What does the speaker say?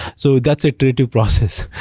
so that's iterative process.